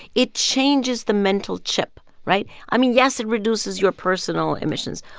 it changes the mental chip, right? i mean, yes, it reduces your personal emissions,